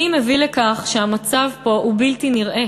מי מביא לכך שהמצב פה הוא בלתי נראה.